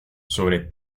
sobre